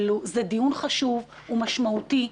זה דיון חשוב ומשמעותי.